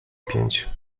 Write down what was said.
pięć